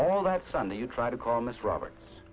all that sunday you try to call miss roberts